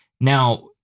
Now